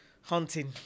hunting